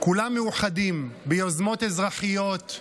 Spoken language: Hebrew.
כולם מאוחדים ביוזמות אזרחיות,